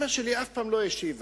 אמא שלי אף פעם לא השיבה.